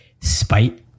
spite